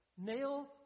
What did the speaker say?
Nail